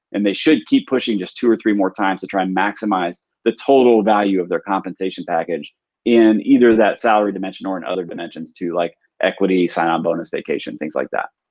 and they should keep pushing just two or three more times to try and maximize the total value of their compensation package in either that salary dimension, or in other dimensions too like equity, sign-on bonus, vacation. things like that.